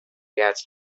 gets